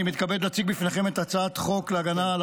אני מתכבד להציג בפניכם את הצעת חוק להגנה על